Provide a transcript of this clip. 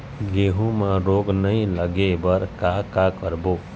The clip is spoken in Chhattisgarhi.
गेहूं म रोग नई लागे बर का का करबो?